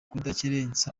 kudakerensa